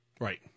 right